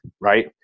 right